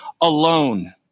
alone